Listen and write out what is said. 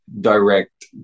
direct